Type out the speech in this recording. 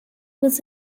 was